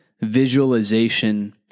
visualization